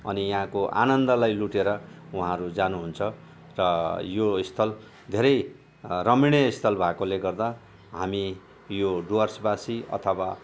अनि यहाँको आनन्दलाई लुटेर उहाँहरू जानुहुन्छ र यो स्थल धेरै रमणीय स्थल भएकोले गर्दा हामी यो डुवर्सवासी अथवा